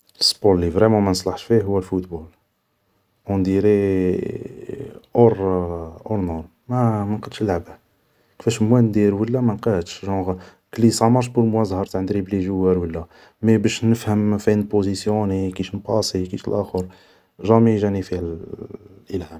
﻿السبور اللي فريمون ما نصلحش فيه هو الفوطبول، اونديري اور اور نورم، ما مانقدش نلعبه، كفاش ما ندير ولا مانقدش، جونغ كلي سا مارش بور موا زهر نتاع ندريبلي جوار ولا، مي باش نفهم فاين نبوزيسيوني، فاين نباسي، كيش لاخر، جامي جاني فيه الالهام.